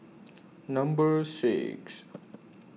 Number six